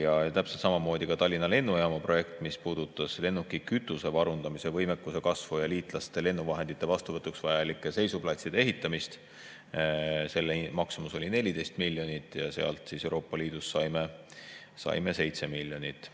Ja täpselt samamoodi Tallinna Lennujaama projekt, mis puudutas lennukikütuse varundamise võimekuse kasvu ja liitlaste lennuvahendite vastuvõtuks vajalike seisuplatside ehitamist. Selle maksumus oli 14 miljonit ja Euroopa Liidust saime 7 miljonit.